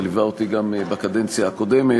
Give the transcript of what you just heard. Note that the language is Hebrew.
וליווה אותי גם בקדנציה הקודמת,